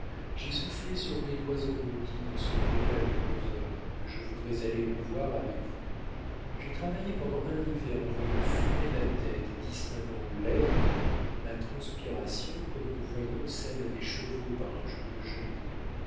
j'ai soufflé sur mes doigts engourdis dans ce bocal aux grands hommes que je voudrais aller revoir avec vous j'ai travaillé pendant un hiver en voyant fumer ma tête et distinguant l'air de ma transpiration comme nous voyons celle des chevaux par un jour de gelée